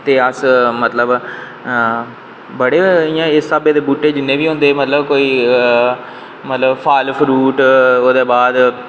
ते अस मतलब बड़े इस स्हाबै दे बूह्टे होंदे कोई मतलब फल फरूट ओह्दे बाद